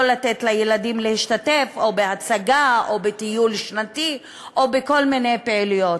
לא לתת לילדים להשתתף בהצגה או בטיול שנתי או בכל מיני פעילויות,